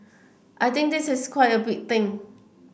I think this is quite a big thing